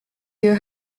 you